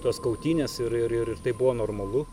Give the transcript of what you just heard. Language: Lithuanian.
tos kautynės ir ir ir ir tai buvo normalu